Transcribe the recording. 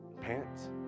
pants